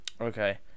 Okay